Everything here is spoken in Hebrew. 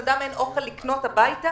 אם לאדם אין אוכל לקנות הביתה,